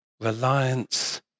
Reliance